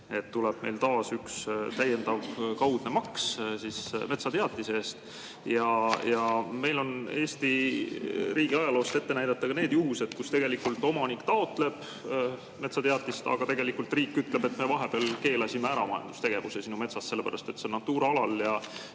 Tuleb meil taas üks täiendav kaudne maks metsateatise eest. Meil on Eesti riigi ajaloost ette näidata need juhused, kus omanik taotleb metsateatist, aga riik ütleb, et me vahepeal keelasime ära majandustegevuse sinu metsas, sellepärast et see on Natura alal,